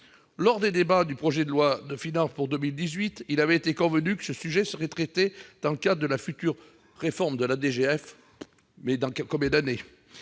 Lors des débats du projet de loi de finances pour 2018, il avait été convenu que ce sujet serait traité dans le cadre de la future réforme de la DGF. Dans combien d'années ?